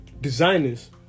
designers